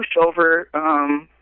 over